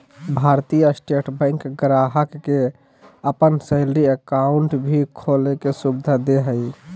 भारतीय state bank ग्राहक के अपन सैलरी अकाउंट भी खोले के सुविधा दे हइ